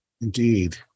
Indeed